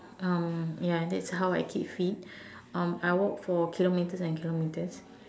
um ya that's how I keep fit um I walk for kilometres and kilometres